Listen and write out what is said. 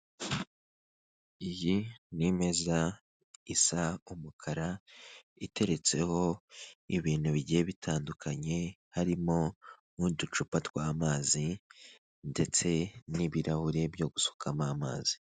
Iyi ni meza isa umukara iteretseho ibintu bigiye bitandukanye harimo n'uducupa tw'amazi ndetse n'ibirahure byo gusukamo amazi.